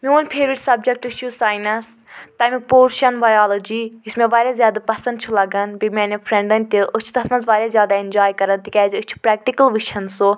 میٛوٗن favourite سَبجیٚکٹہٕ چھُ science تٔمیٛک پورشَن بَیالَجی یُس مےٚ واریاہ زیادٕ پَسَنٛد چھُ لگان بیٚیہِ میٛانیٚن فرٛیٚنڈَن تہِ أسۍ چھِ تتھ مَنٛز واریاہ زیادٕ ایٚنجواے کران تِکیٛاز أسۍ چھِ پریٚکٹِکٕل وُچھان سُہ